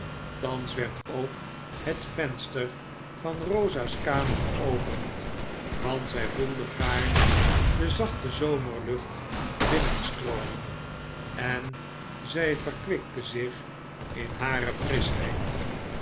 thans werd ook het venster van rosa's kamer geopend want zij voelde gaarne de zachte zomerlucht binnenstroomen en zij verkwikte zich in hare frischheid